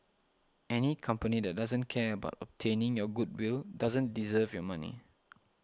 any company that doesn't care about obtaining your goodwill doesn't deserve your money